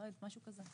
לא יודעת, משהו כזה.